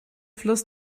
fluss